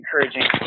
encouraging